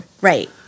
right